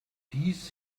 dies